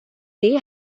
they